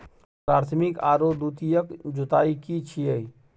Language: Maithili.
प्राथमिक आरो द्वितीयक जुताई की छिये?